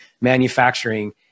manufacturing